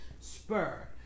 spur